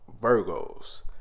Virgos